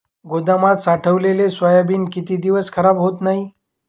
गोदामात साठवलेले सोयाबीन किती दिवस खराब होत नाही?